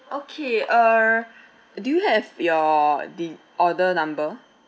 okay err do you have your the order number